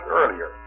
earlier